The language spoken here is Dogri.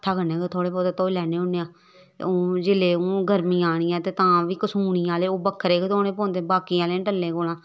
हत्था कन्नै गै थोह्ड़े बोह्त धोई लैने होन्ने आं ते हून जेल्लै हून गर्मियां आनियां ते तां बी कसूनी आह्ले ओह् बक्खरे गै धोने पौंदे ते बाकी आह्ले टल्लें कोला